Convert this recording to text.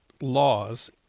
laws